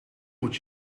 moet